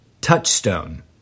touchstone